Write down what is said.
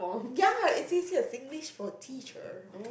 ya it's a Singlish for teacher